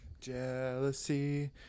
jealousy